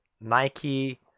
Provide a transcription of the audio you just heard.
Nike